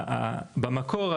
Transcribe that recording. במקור,